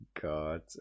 God